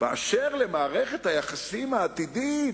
ואשר למערכת היחסים העתידית,